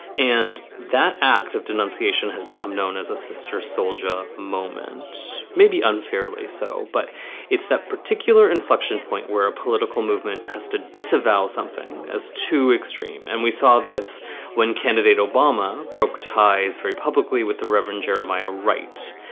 and that act of denunciation has become known as a sister souljah moment. maybe unfairly so, but it's that particular inflection point where a political movement has to disavow something as too extreme. and we saw this when candidate obama broke ties very publicly with the reverend jeremiah wright.